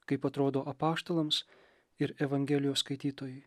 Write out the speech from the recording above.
kaip atrodo apaštalams ir evangelijos skaitytojui